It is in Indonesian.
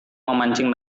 memancing